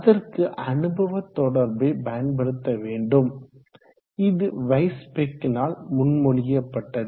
அதற்கு அனுபவ தொடர்பை பயன்படுத்த வேண்டும் இது வைஸ்பெக்கினால் முன்மொழியப்பட்டது